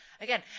again